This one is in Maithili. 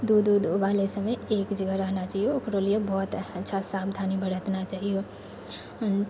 दूध उध उबालै समय एक जगह रहना चाहिओ ओकरो लिए बहुत अच्छासँ सावधानी बरतना चाहिओ